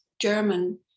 German